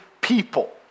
people